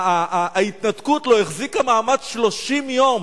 ההתנתקות לא החזיקה מעמד 30 יום.